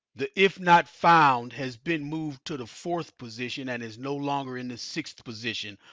the if not found has been moved to the fourth position and is no longer in the sixth position.